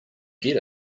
get